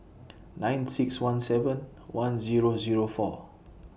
nine six one seven one Zero Zero four